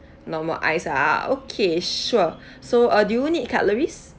normal ice ah okay sure so uh do you need cutleries